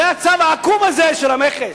זה הצו העקום הזה של המכס.